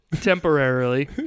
Temporarily